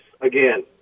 again